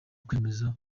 kwemeza